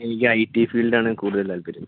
എനിക്ക് IT ഫീൽഡാണ് കൂടുതൽ താല്പര്യം